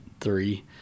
three